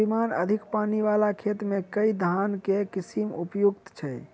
श्रीमान अधिक पानि वला खेत मे केँ धान केँ किसिम उपयुक्त छैय?